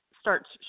starts